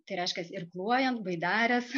tai reiškias irkluojant baidares